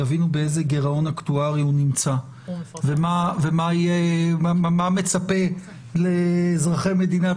יבינו באיזה גירעון אקטוארי הוא נמצא ומה מצפה לאזרחי מדינת